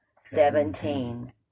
Seventeen